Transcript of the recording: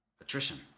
attrition